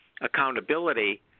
accountability